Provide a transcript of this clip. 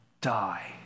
die